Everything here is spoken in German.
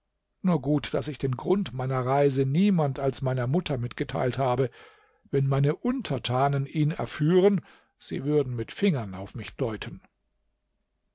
nur gut daß ich den grund meiner reise niemand als meiner mutter mitgeteilt habe wenn meine untertanen ihn erführen sie würden mit fingern auf mich deuten